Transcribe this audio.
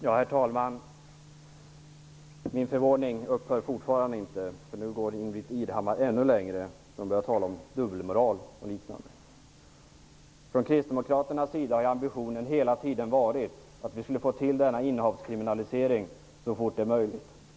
Herr talman! Min förvåning upphör fortfarande inte. Nu går Ingbritt Irhammar ännu längre och börjar att tala om dubbelmoral. Vi kristdemokrater har hela tiden haft ambitionen att få till en kriminalisering av innehav av barnpornografi så fort som möjligt.